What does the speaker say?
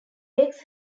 wakes